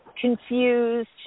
Confused